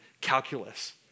calculus